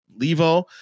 Levo